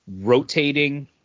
rotating